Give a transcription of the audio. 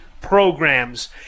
programs